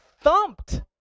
thumped